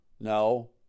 no